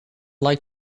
like